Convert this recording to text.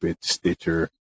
Stitcher